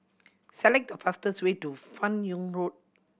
select the fastest way to Fan Yoong Road